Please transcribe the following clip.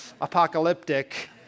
apocalyptic